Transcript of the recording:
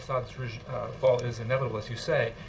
assad's fall is inevitable, as you say,